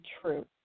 true